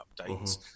updates